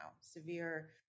severe